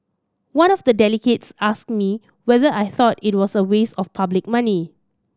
one of the delegates asked me whether I thought it was a waste of public money